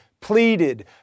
pleaded